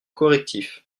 correctif